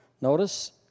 Notice